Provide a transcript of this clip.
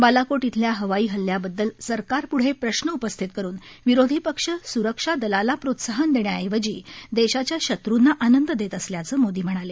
बालाकोट इथल्या हवाई हल्ल्याबद्दल सरकारपुढे प्रश्न उपस्थित करून विरोधी पक्ष स्रक्षा दलाला प्रोत्साहन देण्याऐवजी देशाच्या शत्रंना आनंद देत असल्याचं मोदी म्हणाले